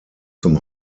zum